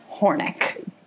Hornick